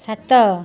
ସାତ